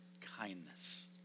kindness